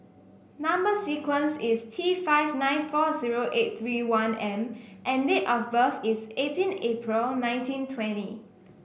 number sequence is T five nine four zero eight three one M and date of birth is eighteen April nineteen twenty